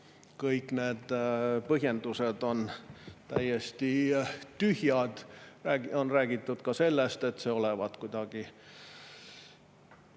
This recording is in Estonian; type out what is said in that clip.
kõik need põhjendused on täiesti tühjad. On räägitud ka sellest, et see olevat kuidagi,